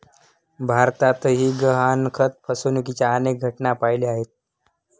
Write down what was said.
भारतातही गहाणखत फसवणुकीच्या अनेक घटना पाहिल्या आहेत